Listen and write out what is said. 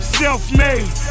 self-made